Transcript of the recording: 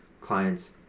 clients